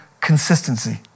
consistency